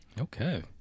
Okay